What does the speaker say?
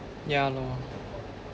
ya lor